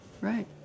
Right